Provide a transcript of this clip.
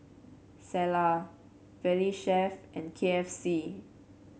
Cesar Valley Chef and K F C